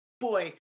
boy